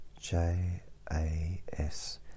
J-A-S